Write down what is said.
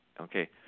Okay